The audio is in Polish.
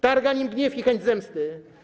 Targa nim gniew i chęć zemsty.